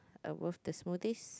above the smoothies